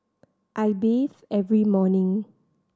I bathe every morning